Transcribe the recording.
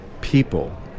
people